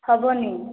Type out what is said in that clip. ହେବନାହିଁ